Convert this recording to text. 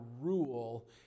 rule